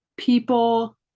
people